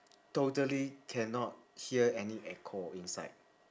totally cannot hear any echo inside